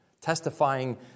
testifying